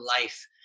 life